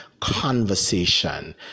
conversation